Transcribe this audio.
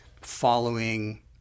following